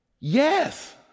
Yes